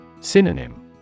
Synonym